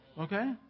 Okay